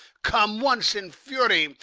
come once in fury,